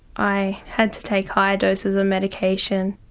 i had to take higher doses of medication,